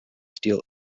steel